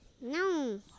No